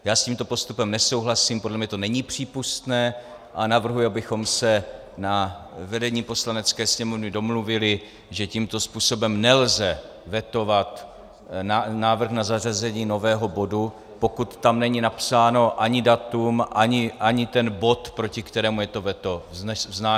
Já s tímto postupem nesouhlasím, podle mě to není přípustné, a navrhuji, abychom se na vedení Poslanecké sněmovny domluvili, že tímto způsobem nelze vetovat návrh na zařazení nového bodu, pokud tam není napsáno ani datum, ani ten bod, proti kterému je to veto vznášeno.